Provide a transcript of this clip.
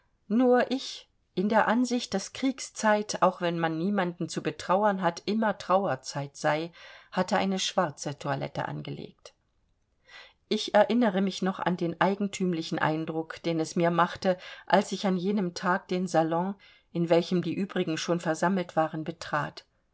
nur ich in der ansicht daß kriegszeit auch wenn man niemanden zu betrauern hat immer trauerzeit sei hatte eine schwarze toilette angelegt ich erinnere mich noch an den eigentümlichen eindruck den es mir machte als ich an jenem tag den salon in welchem die übrigen schon versammelt waren betrat